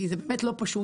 כי זה באמת לא פשוט,